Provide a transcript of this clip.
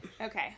Okay